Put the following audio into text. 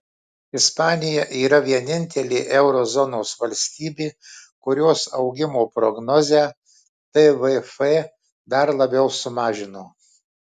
ispanija yra vienintelė euro zonos valstybė kurios augimo prognozę tvf dar labiau sumažino